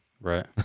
right